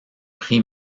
prix